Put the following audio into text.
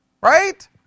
right